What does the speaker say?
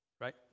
Right